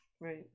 right